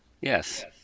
Yes